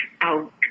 out